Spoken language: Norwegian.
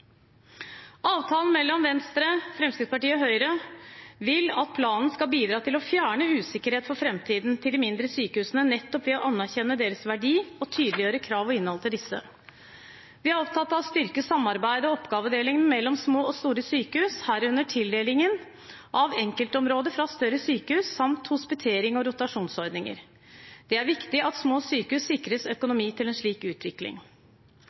avtalen mellom Venstre, Fremskrittspartiet og Høyre vil vi at planen skal bidra til å fjerne usikkerhet for framtiden til de mindre sykehusene nettopp ved å anerkjenne deres verdi og tydeliggjøre krav og innhold i disse. Vi er opptatt av å styrke samarbeidet og oppgavedelingen mellom små og store sykehus, herunder tildelingen av enkeltområder fra større sykehus samt hospitering og rotasjonsordninger. Det er viktig at små sykehus sikres økonomi til en slik utvikling.